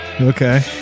Okay